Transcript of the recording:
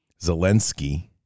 Zelensky